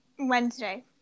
Wednesday